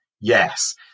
Yes